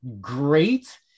great